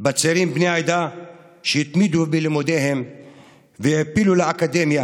כמוני בצעירים בני העדה שהתמידו בלימודיהם והעפילו לאקדמיה